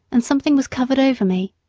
and something was covered over me.